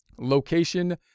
location